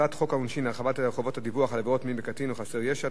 העונשין (הרחבת חובות הדיווח על עבירות מין בקטין או בחסר ישע),